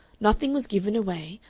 nothing was given away,